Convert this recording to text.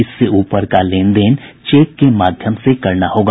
इससे ऊपर का लेनदेन चेक के माध्यम से करना होगा